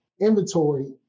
inventory